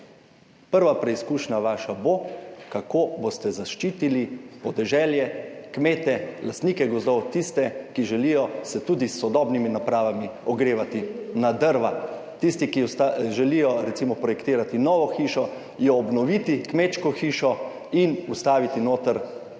Prva preizkušnja vaša bo, kako boste zaščitili podeželje, kmete, lastnike gozdov, tiste, ki želijo se tudi s sodobnimi napravami ogrevati na drva, tisti, ki želijo recimo projektirati novo hišo, jo obnoviti, kmečko hišo in vstaviti noter